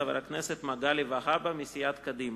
חבר הכנסת מגלי והבה מסיעת קדימה.